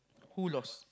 who lost